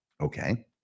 Okay